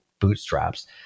bootstraps